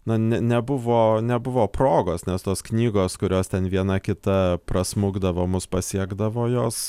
na ne nebuvo nebuvo progos nes tos knygos kurios ten viena kita prasmukdavo mus pasiekdavo jos